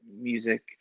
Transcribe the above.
music